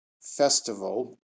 festival